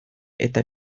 eta